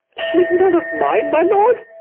she's none of mine, my lord.